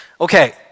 Okay